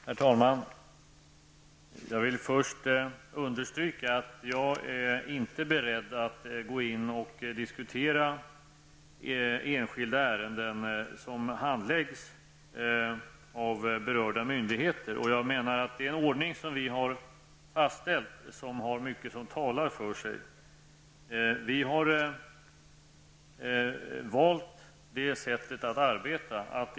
Herr talman! Jag vill först understryka att jag inte är beredd att diskutera enskilda ärenden som handläggs av berörda myndigheter. Jag menar att den ordning vi har fastställt har mycket som talar för sig. Vi har valt det sättet att arbeta.